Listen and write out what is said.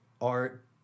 art